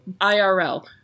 IRL